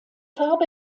farbe